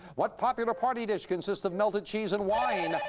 what popular party dish consisted melted cheese and wine.